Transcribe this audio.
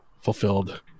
fulfilled